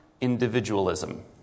individualism